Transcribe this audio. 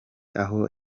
aho